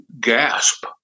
gasp